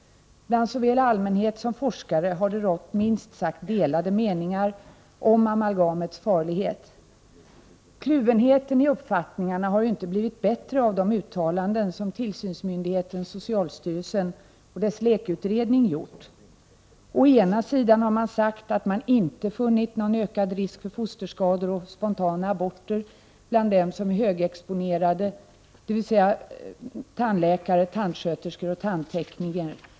Bland såväl allmänhet som forskare har det rått minst sagt delade meningar om amalgamets farlighet. Kluvenheten i uppfattningarna har inte blivit mindre av de uttalanden som tillsynsmyndigheten socialstyrelsen och dess LEK utredning har gjort. Å ena sidan har man sagt att man inte funnit någon ökad risk för fosterskador och spontana aborter bland dem som är högexponerade för amalgam, dvs. tandläkare, tandsköterskor och tandtekniker.